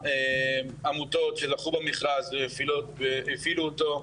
העמותות שלקחו במכרז והפעילו אותו,